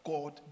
God